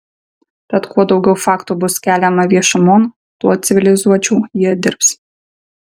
tad kuo daugiau faktų bus keliama viešumon tuo civilizuočiau jie dirbs